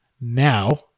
Now